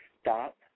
Stop